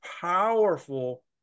powerful